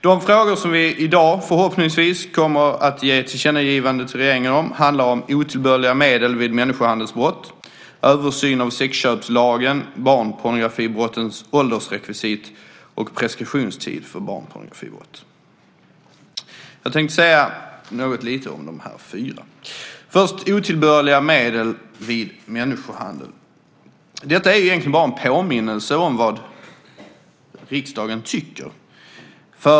De frågor som vi i dag förhoppningsvis kommer att ge ett tillkännagivande till regeringen om handlar om otillbörliga medel vid människohandelsbrott, översyn av sexköpslagen, barnpornografibrottets åldersrekvisit och preskriptionstid för barnpornografibrott. Jag tänkte säga något lite om de här fyra. Först handlar det om otillbörliga medel vid människohandel. Detta är egentligen bara en påminnelse om vad riksdagen tycker.